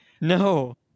No